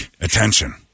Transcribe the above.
attention